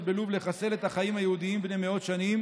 בלוב לחסל את החיים היהודיים בני מאות שנים